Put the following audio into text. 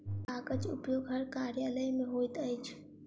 कागजक उपयोग हर कार्यालय मे होइत अछि